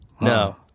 no